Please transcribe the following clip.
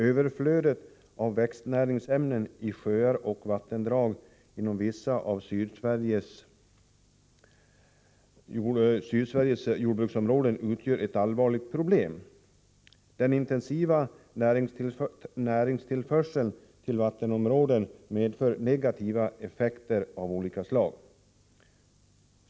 Överflödet av växtnäringsämnen i sjöar och vattendrag inom vissa av Sydsveriges jordbruksområden utgör ett allvarligt problem. Den intensiva näringstillförseln till vattenområden medför negativa effekter av olika slag.